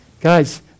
Guys